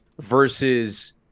Versus